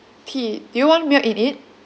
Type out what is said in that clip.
tea do you want milk in it